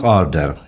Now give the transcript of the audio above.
order